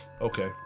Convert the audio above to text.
Okay